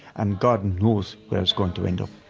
and god knows where it's going to end up